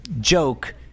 joke